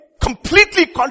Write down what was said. completely